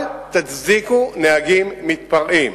אל תצדיקו נהגים מתפרעים,